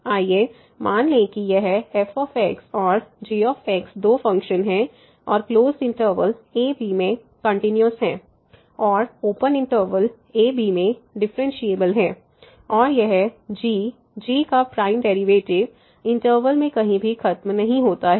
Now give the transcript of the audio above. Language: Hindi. आइए मान लें कि यह f और g दो फ़ंक्शन हैं और क्लोसड इंटरवल a b में कंटिन्यूस हैं और ओपन इंटरवल a b में डिफरेंशिएबल है और यह g g का प्राइम डेरिवेटिव इंटरवल में कहीं भी खत्म नहीं होता है